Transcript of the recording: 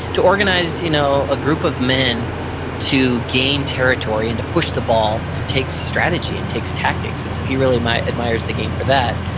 to organize you know a group of men to gain territory and to push the ball takes strategy and takes tactics, and so he really admires the game for that.